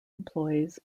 employees